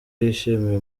yishimiye